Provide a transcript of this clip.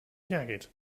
jacket